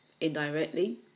indirectly